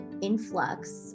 influx